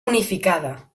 unificada